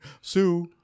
Sue